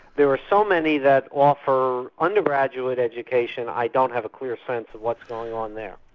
there are so many that offer undergraduate education, i don't have a clear sense of what's going on there.